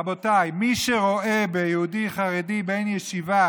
רבותיי, מי שרואה ביהודי חרדי בן ישיבה